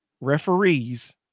Referees